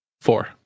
Four